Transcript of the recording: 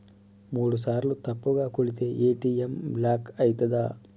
మూడుసార్ల తప్పుగా కొడితే ఏ.టి.ఎమ్ బ్లాక్ ఐతదా?